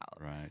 Right